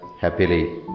happily